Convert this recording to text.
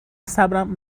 صبرم